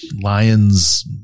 Lions